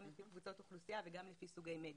גם לפי קבוצות אוכלוסייה וגם לפי סוגי מדיה.